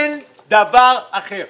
אין דבר אחר.